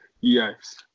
Yes